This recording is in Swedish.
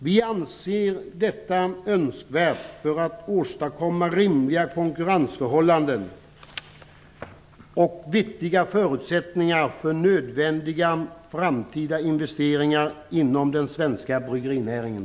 Vi anser att detta är önskvärt för att åstadkomma rimliga konkurrensförhållanden och viktiga förutsättningar för nödvändiga framtida investeringar inom den svenska bryggerinäringen.